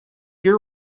your